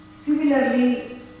Similarly